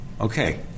Okay